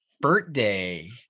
birthday